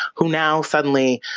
who now suddenly,